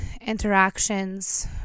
interactions